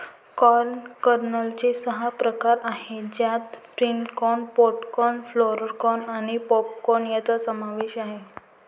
corn कर्नलचे सहा प्रकार आहेत ज्यात flint corn, pod corn, flour corn आणि पॉप कॉर्न यांचा समावेश आहे